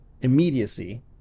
immediacy